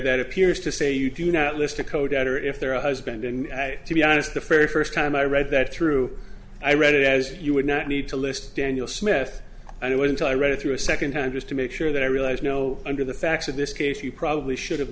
that appears to say you do not list a code out or if there are a husband and i to be honest the fair first time i read that through i read it as you would not need to list daniel smith and it was until i read through a second time just to make sure that i realized no under the facts of this case you probably should have